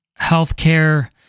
healthcare